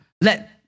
let